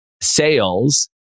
sales